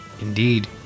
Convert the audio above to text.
Indeed